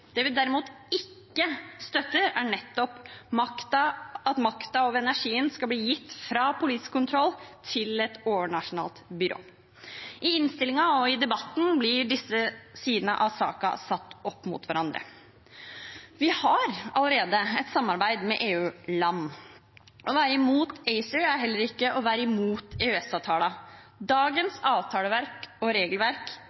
Det vi derimot ikke støtter, er nettopp at makten over energien skal gå fra politisk kontroll til å bli gitt til et overnasjonalt byrå. I innstillingen og i debatten blir disse sidene av saken satt opp mot hverandre. Vi har allerede et samarbeid med EU-land. Å være imot ACER er heller ikke å være imot